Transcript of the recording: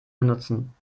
benutzen